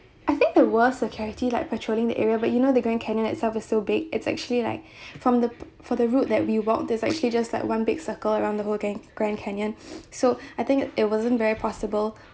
I think the worst security like patrolling the area but you know the grand canyon itself is so big it's actually like from the for the route that we walk there's actually just like one big circle around the whole gran~ grand canyon so I think it wasn't very possible